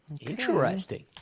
Interesting